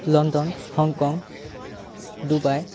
London Hong Kong Dubai